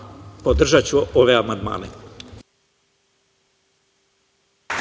Podržaću ove amandmane.